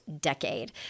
decade